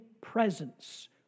presence